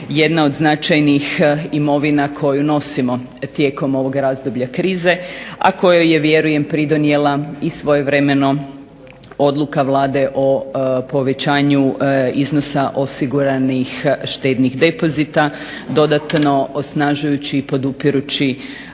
jedna od značajnih imovina koju nosimo tijekom ovog razdoblja krize, a kojoj je vjerujem pridonijela i svojevremeno odluka Vlade o povećanju iznosa osiguranih štednih depozita dodatno osnažujući i podupirući